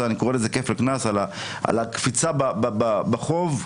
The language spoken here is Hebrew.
על הקפיצה בחוב,